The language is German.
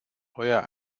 euer